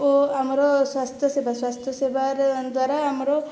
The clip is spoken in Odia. ଓ ଆମର ସ୍ୱାସ୍ଥ୍ୟ ସେବା ସ୍ୱାସ୍ଥ୍ୟ ସେବାରେ ଦ୍ୱାରା ଆମର